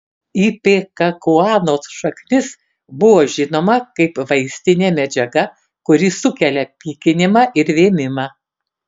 ipekakuanos šaknis buvo žinoma kaip vaistinė medžiaga kuri sukelia pykinimą ir vėmimą